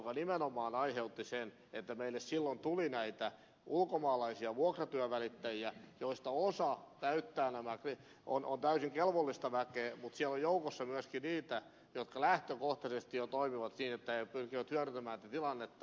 se nimenomaan aiheutti sen että meille silloin tuli näitä ulkomaalaisia vuokratyön välittäjiä joista osa on täysin kelvollista väkeä mutta siellä on joukossa myöskin niitä jotka jo lähtökohtaisesti toimivat niin että he pyrkivät hyödyntämään tätä tilannetta